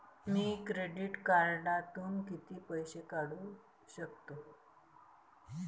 मी credit कार्डातून किती पैसे काढू शकतो?